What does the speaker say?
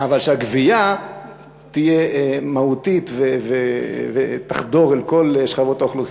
אבל שהגבייה תהיה מהותית ותחדור אל כל שכבות האוכלוסייה.